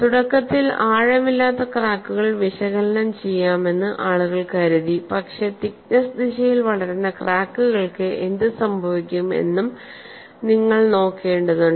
തുടക്കത്തിൽ ആഴമില്ലാത്ത ക്രാക്കുകൾ വിശകലനം ചെയ്യാമെന്ന് ആളുകൾ കരുതി പക്ഷേ തിക്നെസ്സ് ദിശയിൽ വളരുന്ന ക്രാക്കുകൾക്ക് എന്ത് സംഭവിക്കും എന്നും നിങ്ങൾ നോക്കേണ്ടതുണ്ട്